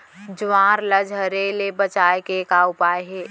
ज्वार ला झरे ले बचाए के का उपाय हे?